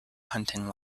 hunting